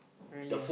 really